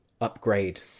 upgrade